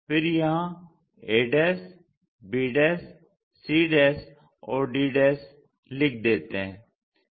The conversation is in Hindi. फिर यहां a b c और dलिख देते हैं